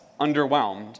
underwhelmed